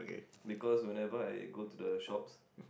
because whenever I go to the shops